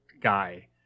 guy